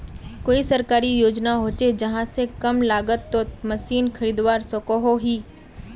कोई सरकारी योजना होचे जहा से कम लागत तोत मशीन खरीदवार सकोहो ही?